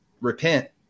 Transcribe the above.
repent